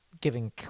giving